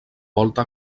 volta